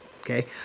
Okay